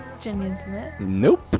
Nope